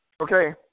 Okay